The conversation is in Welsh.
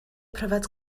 pryfed